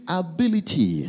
ability